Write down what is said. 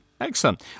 Excellent